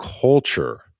culture